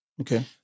Okay